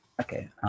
Okay